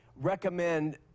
recommend